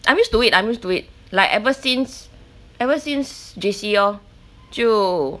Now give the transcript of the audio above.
I'm used to it I'm used to it like ever since ever since J_C lor 就